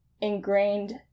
ingrained